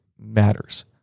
matters